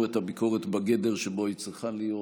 את הביקורת בגדר שבו היא צריכה להיות.